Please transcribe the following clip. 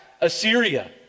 Assyria